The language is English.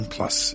Plus